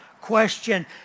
question